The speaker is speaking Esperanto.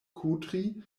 kudri